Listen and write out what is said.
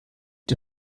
die